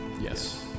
Yes